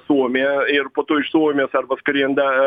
suomiją ir po to iš suomijos arba skrenda